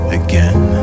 again